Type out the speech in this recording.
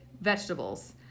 vegetables